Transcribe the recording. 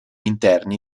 interni